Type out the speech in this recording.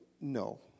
no